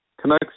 Canucks